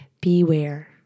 beware